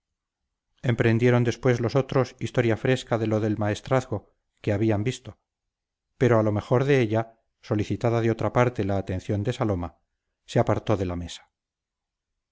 emprendieron después los otros historia fresca de lo del maestrazgo que habían visto pero a lo mejor de ella solicitada de otra parte la atención de saloma se apartó de la mesa